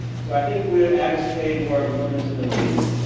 so i think we are at a stage where we don't necessarily need